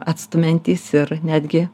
atstumiantys ir netgi